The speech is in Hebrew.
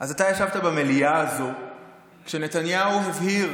אז אתה ישבת במליאה הזו כשנתניהו הבהיר